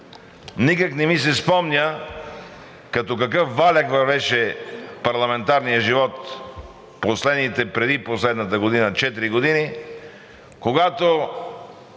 Никак не ми се спомня като какъв валяк вървеше парламентарният живот преди последната година четири години, когато